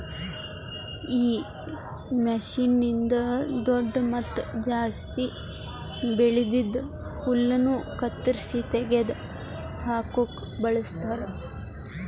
ಈ ಮಷೀನ್ನ್ನಿಂದ್ ದೊಡ್ಡು ಮತ್ತ ಜಾಸ್ತಿ ಬೆಳ್ದಿದ್ ಹುಲ್ಲನ್ನು ಕತ್ತರಿಸಿ ತೆಗೆದ ಹಾಕುಕ್ ಬಳಸ್ತಾರ್